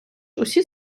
усі